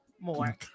more